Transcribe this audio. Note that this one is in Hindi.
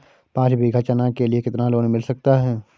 पाँच बीघा चना के लिए कितना लोन मिल सकता है?